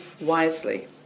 wisely